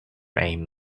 aim